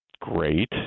great